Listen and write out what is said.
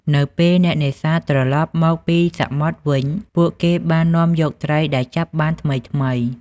នៅពេលអ្នកនេសាទត្រឡប់មកពីសមុទ្រវិញ ពួកគេបាននាំយកត្រីដែលចាប់បានថ្មីៗ។